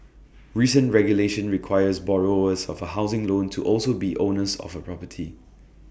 recent regulation requires borrowers of A housing loan to also be owners of A property